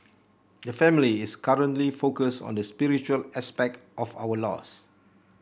the family is currently focused on the spiritual aspect of our loss